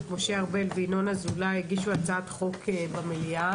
משה ארבל וינון אזולאי הגישו הצעת חוק במליאה